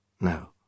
No